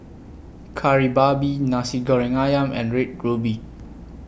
Kari Babi Nasi Goreng Ayam and Red Ruby